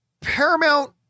Paramount